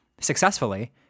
successfully